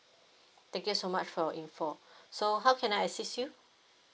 thank you so much for your info so how can I assist you